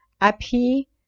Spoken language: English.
happy